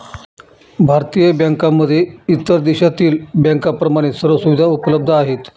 भारतीय बँकांमध्ये इतर देशातील बँकांप्रमाणे सर्व सुविधा उपलब्ध आहेत